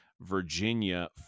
virginia